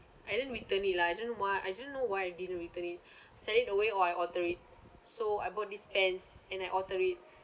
I didn't return it lah I don't know why I didn't know why I didn't return it sell it away or I alter it so I bought this pants and I alter it